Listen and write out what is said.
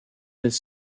his